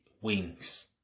wings